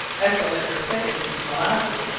as the liquor thickens into molasses,